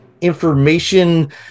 information